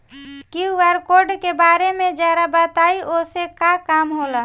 QR code के बारे में जरा बताई वो से का काम होला?